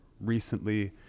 recently